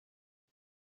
aho